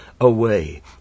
away